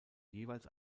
jeweils